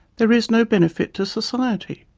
there is no benefit to society.